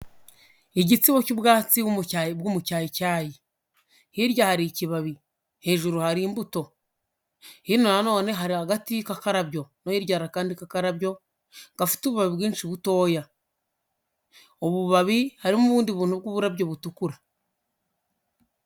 Igitsibo cy'ubwatsi bw'umucyayicyayi. Hirya hari ikibabi. Hejuru hari imbuto. Hino nanone hari agati k'akarabyo. No hirya hari akandi k'akarabyo, gafite ububabi bwinshi butoya. Ubu bubabi, harimo ubundi buntu bw'uburabyo butukura.